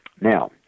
Now